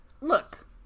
look